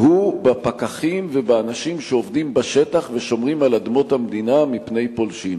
והוא בפקחים ובאנשים שעובדים בשטח ושומרים על אדמות המדינה מפני פולשים.